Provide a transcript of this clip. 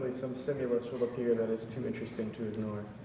some stimulus will appear that is too interesting to ignore.